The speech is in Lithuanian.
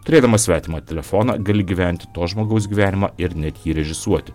turėdamas svetimą telefoną gali gyventi to žmogaus gyvenimą ir net jį režisuoti